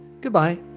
Goodbye